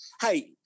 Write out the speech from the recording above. Hey